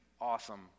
awesome